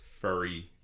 furry